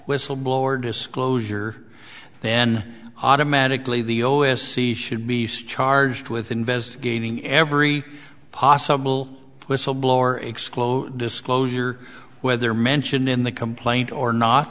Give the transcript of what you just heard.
whistleblower disclosure then automatically the o s c should be charged with investigating every possible whistleblower exclosure disclosure whether mentioned in the complaint or not